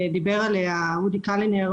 כמו שאמר אודי קלינר,